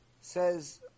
says